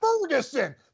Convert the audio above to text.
Ferguson